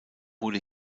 wurde